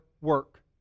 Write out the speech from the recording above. work